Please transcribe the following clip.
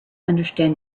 understand